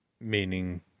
meaning